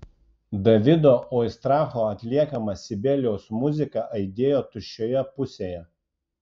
davido oistracho atliekama sibelijaus muzika aidėjo tuščiojoje pusėje